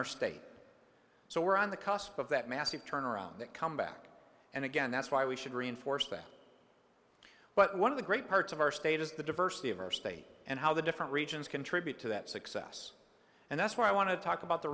our state so we're on the cusp of that massive turnaround that come back and again that's why we should reinforce that but one of the great parts of our state is the diversity of our state and how the different regions contribute to that success and that's why i want to talk about the